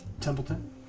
Templeton